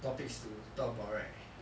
topics to talk about right